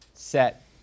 Set